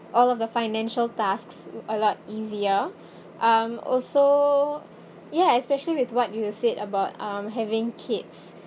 all of the financial tasks a lot easier um also ya especially with what you said about um having kids